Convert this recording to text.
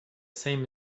same